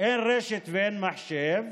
אין רשת ואין מחשב,